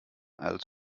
als